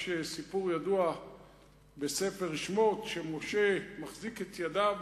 יש סיפור ידוע בספר שמות שמשה מחזיק את ידיו,